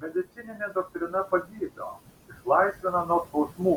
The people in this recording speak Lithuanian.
medicininė doktrina pagydo išlaisvina nuo skausmų